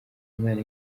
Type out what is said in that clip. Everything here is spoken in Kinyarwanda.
umwana